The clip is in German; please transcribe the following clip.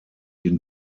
den